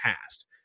past